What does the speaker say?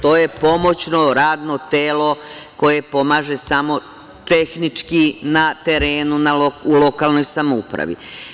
To je pomoćno radno telo koje pomaže samo tehnički na terenu u lokalnoj samoupravi.